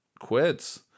quits